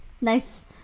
nice